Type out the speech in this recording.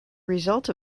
result